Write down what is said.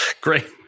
Great